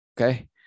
Okay